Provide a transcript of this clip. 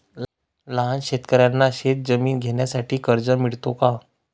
लहान शेतकऱ्यांना शेतजमीन घेण्यासाठी कर्ज मिळतो का?